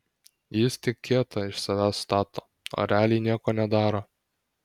jis tik kietą iš savęs stato o realiai nieko nedaro